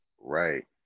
Right